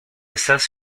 estas